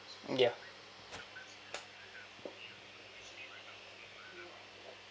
ya